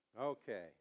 Okay